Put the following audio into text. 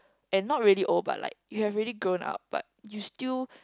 and not really old but like you've ready grown up but you still